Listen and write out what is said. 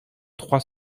trois